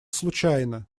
случайно